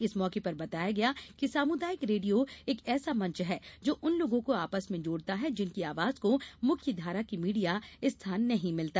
इस मौके पर बताया गया कि सामुदायिक रेडियों एक ऐसा मंच है जो उन लोगों को आपस में जोड़ता है जिनकी आवाज को मुख्य धारा की मीडिया स्थान नहीं मिलता